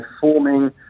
forming